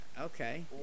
okay